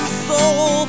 soul